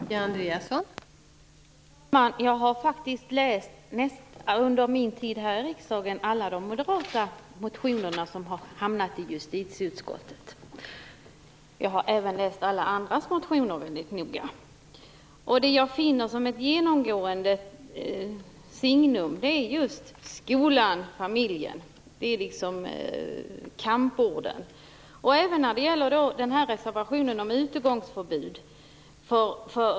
Fru talman! Jag har faktiskt under min tid här i riksdagen läst alla moderata motioner som har hamnat i justitieutskottet. Jag har även läst alla andra motioner väldigt noga. Det jag finner som ett genomgående signum är just skolan och familjen. Det är kamporden. Så är det även när det gäller reservationen om utegångsförbud.